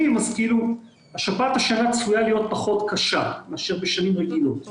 אז השפעת השנה צפויה להיות פחות קשה מאשר בשנים רגילות.